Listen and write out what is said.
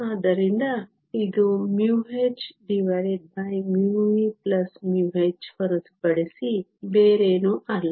ಆದ್ದರಿಂದ ಇದು he h ಹೊರತುಪಡಿಸಿ ಬೇರೇನೂ ಅಲ್ಲ